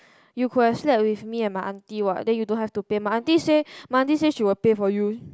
you could have slept with me and my aunty what then you don't have to pay my aunty say my aunty say she will pay for you